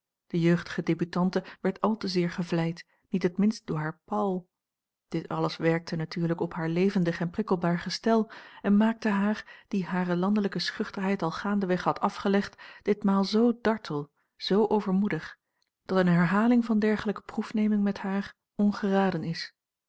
de jeugdige debutante werd al te zeer gevleid niet het minst door haar paul dit alles werkte natuurlijk op haar levendig en prikkelbaar gestel en maakte haar die hare landelijke schuchterheid al gaandeweg had afgelegd ditmaal zoo dartel zoo overmoedig dat eene herhaling van dergelijke proefneming met haar ongeraden is